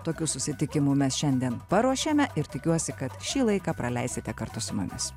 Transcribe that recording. tokių susitikimų mes šiandien paruošėme ir tikiuosi kad šį laiką praleisite kartu su mumis